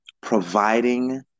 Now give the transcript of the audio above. providing